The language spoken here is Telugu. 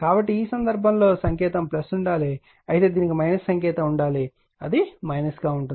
కాబట్టి ఈ సందర్భంలో ఈ సంకేతం ఉండాలి అయితే దీనికి సంకేతం ఉండాలి అది గా ఉంటుంది